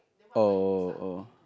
oh oh